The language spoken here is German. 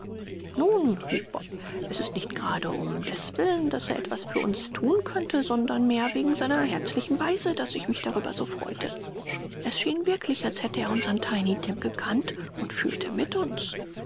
nun rief bob ist es nicht gerade um deswillen daß er etwas für uns thun könnte sondern mehr wegen seiner herzlichen weise daß ich mich darüber so freute es schien wirklich als hätte er unsern tiny tim gekannt und fühlte mit uns